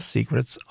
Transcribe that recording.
Secrets